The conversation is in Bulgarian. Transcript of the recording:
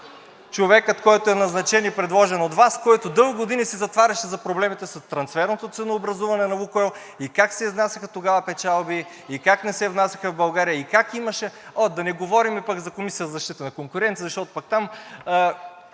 от ГЕРБ-СДС: „Защо не го сменихте?“), който дълги години се затваряше за проблемите с трансферното ценообразуване на „Лукойл“, и как се изнасяха тогава печалби, и как не се внасяха в България, и как имаше… О, да не говорим пък за Комисията за защита на конкуренцията, защото пък там